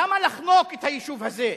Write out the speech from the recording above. למה לחנוק את היישוב הזה?